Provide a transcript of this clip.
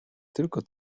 tylko